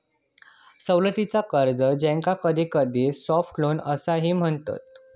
सवलतीचा कर्ज, ज्याका कधीकधी सॉफ्ट लोन असाही म्हणतत